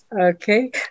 Okay